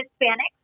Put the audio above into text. Hispanic